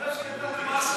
אחרי שידעתי מה עשו,